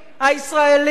הישראלי,